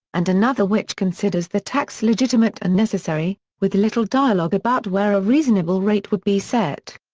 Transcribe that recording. and another which considers the tax legitimate and necessary, with little dialogue about where a reasonable rate would be set.